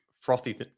frothy